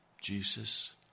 Jesus